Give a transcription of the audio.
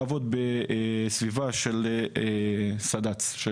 כללים לסד״צ, ש